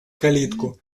калитку